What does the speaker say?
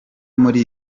muri